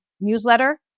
newsletter